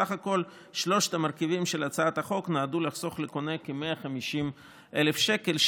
בסך הכול שלושת המרכיבים של הצעת החוק נועדו לחסוך לקונה כ-150,000 שקל,